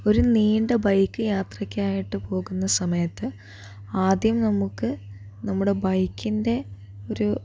ഒരു നീണ്ട ബൈക്ക് യാത്രയ്ക്കായിട്ട് പോകുന്ന സമയത്ത് ആദ്യം നമുക്ക് നമ്മുടെ ബൈക്കിന്റെ ഒരു